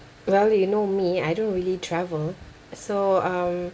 well you know me I don't really travel so um